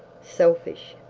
selfish,